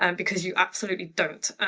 um because you absolutely don't.